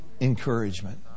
encouragement